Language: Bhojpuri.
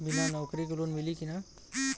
बिना नौकरी के लोन मिली कि ना?